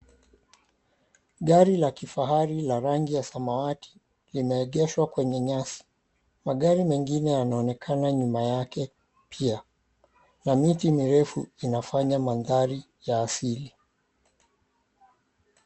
Gari la kifahari la rangi ya samawati limeegeshwa kwenye nyasi. Magari mengine yanaonekana nyuma yake pia, na miti mirefu inafanya mandhari yaasili.